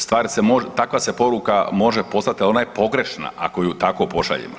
Stvar se može, takva se poruka može poslati, ali ona je pogrešna ako ju tako pošaljemo.